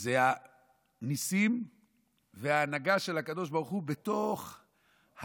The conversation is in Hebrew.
זה הניסים וההנהגה של הקדוש ברוך הוא בתוך הברדק,